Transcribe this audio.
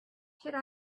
should